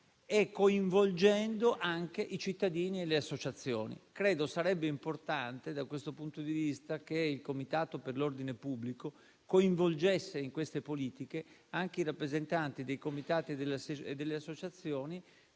e coinvolgendo anche i cittadini e le associazioni. Sarebbe importante da questo punto di vista, che il Comitato per l'ordine pubblico coinvolgesse in queste politiche anche i rappresentanti dei comitati e delle associazioni